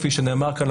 כפי שנאמר כאן,